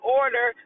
order